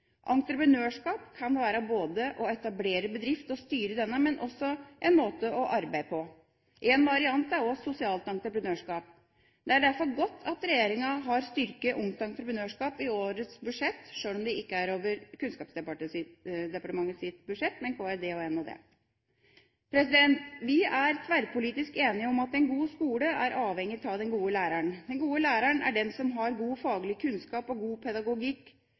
Entreprenørskap kan være både å etablere bedrift og styre denne, men det kan også være en måte å arbeide på. En variant er også sosialt entreprenørskap. Det er derfor godt at regjeringen har styrket Ungt Entreprenørskap i årets budsjett, sjøl om det ikke er over Kunnskapsdepartementets budsjett, men over budsjettene til Kommunal- og regionaldepartementet og Nærings- og handelsdepartementet. Det er tverrpolitisk enighet om at en god skole er avhengig av den gode læreren. Den gode læreren er den som har god faglig kunnskap og god